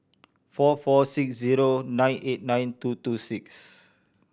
four four six zero nine eight nine two two six